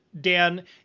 Dan